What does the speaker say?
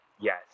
Yes